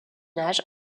âge